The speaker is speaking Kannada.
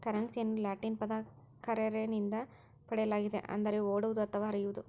ಕರೆನ್ಸಿಯನ್ನು ಲ್ಯಾಟಿನ್ ಪದ ಕರ್ರೆರೆ ನಿಂದ ಪಡೆಯಲಾಗಿದೆ ಅಂದರೆ ಓಡುವುದು ಅಥವಾ ಹರಿಯುವುದು